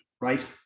right